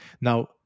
Now